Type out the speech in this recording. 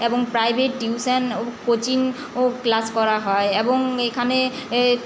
এবং private tuition ও coaching ও ক্লাস করা হয় এবং এখানে